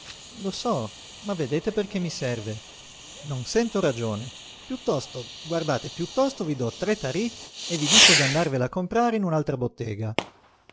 lo so ma vedete perché mi serve non sento ragione piuttosto guardate piuttosto vi do tre tarí e vi dico di andarvela a comprare in un'altra bottega